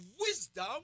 wisdom